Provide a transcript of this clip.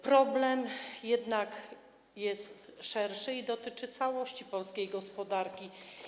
Problem jednak jest szerszy i dotyczy całości polskiej gospodarki.